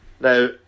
now